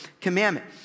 commandment